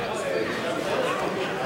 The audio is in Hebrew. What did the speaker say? נתקבל.